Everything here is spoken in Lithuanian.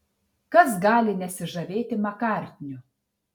kas gali nesižavėti makartniu